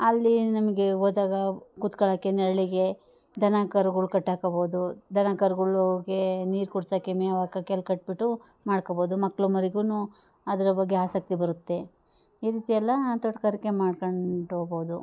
ಅಲ್ಲಿ ನಮಗೆ ಹೋದಾಗ ಕೂತ್ಕೊಳಾಕೆ ನೆರಳಿಗೆ ದನ ಕರುಗಳ್ ಕಟ್ಟಾಕಬೋದು ದನ ಕರುಗಳುಗೆ ನೀರು ಕುಡ್ಸೋಕೆ ಮೇವು ಹಾಕಾಕೆ ಅಲ್ಲಿ ಕಟ್ಟಿಬಿಟ್ಟು ಮಾಡ್ಕೊಬೋದು ಮಕ್ಕಳು ಮರಿಗೂ ಅದ್ರ ಬಗ್ಗೆ ಆಸಕ್ತಿ ಬರುತ್ತೆ ಈ ರೀತಿ ಎಲ್ಲ ತೋಟಗಾರಿಕೆ ಮಾಡ್ಕೊಂಡೋಬೌದು